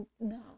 No